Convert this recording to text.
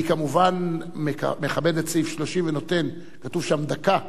אני כמובן מכבד את סעיף 30 ונותן, כתוב שם, דקה.